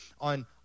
on